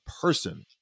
person